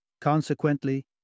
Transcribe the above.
Consequently